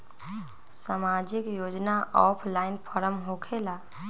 समाजिक योजना offline form होकेला?